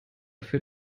für